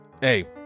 Hey